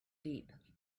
deep